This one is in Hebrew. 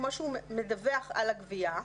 כמו שהוא מדווח על הגבייה,